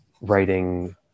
writing